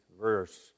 verse